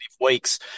weeks